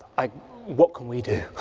ah what can we do?